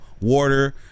water